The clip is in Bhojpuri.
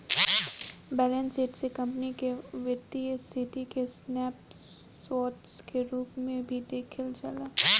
बैलेंस शीट से कंपनी के वित्तीय स्थिति के स्नैप शोर्ट के रूप में भी देखल जाला